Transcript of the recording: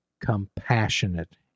compassionate